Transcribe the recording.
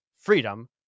freedom